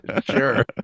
Sure